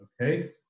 Okay